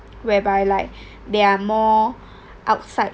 whereby like they are more outside